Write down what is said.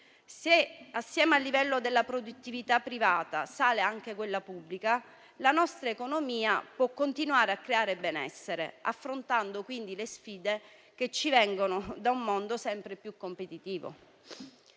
Se unitamente al livello della produttività privata sale anche quella pubblica, la nostra economia può continuare a creare benessere, affrontando le sfide che ci vengono da un mondo sempre più competitivo.